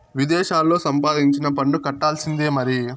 విదేశాల్లా సంపాదించినా పన్ను కట్టాల్సిందే మరి